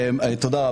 תודה.